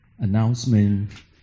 Announcement